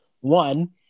One